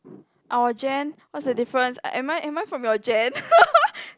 our gen what's the difference am I am I from your gen